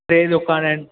टे दुकान आहिनि